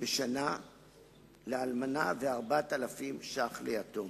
בשנה לאלמנה ול-4,000 שקל ליתום,